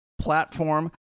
platform